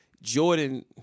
Jordan